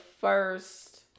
first